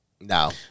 No